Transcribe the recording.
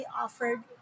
offered